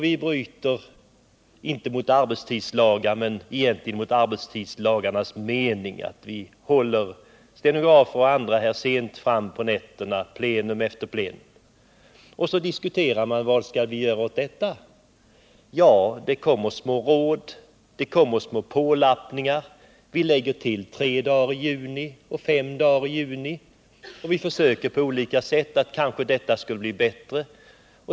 Vi bryter inte mot arbetstidslagar men egentligen mot arbetstidslagarnas mening, när vi håller stenografer och andra kvar här sent på nätterna plenum efter plenum. Och så diskuterar man vad vi skall göra åt detta. Ja, det kommer små råd. Det görs små pålappningar. Vi lägger till tre dagar i 117 juni, vi lägger till fem dagar i juni, och vi försöker på olika sätt.